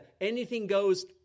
anything-goes